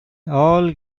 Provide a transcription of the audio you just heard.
all